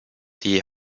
die